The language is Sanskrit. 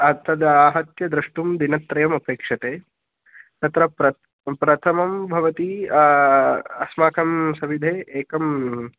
तद् आहत्य द्रष्टुं दिनत्रयमपेक्ष्यते तत्र प्र प्रथमं भवति अस्माकं सविधे एकम्